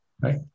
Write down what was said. right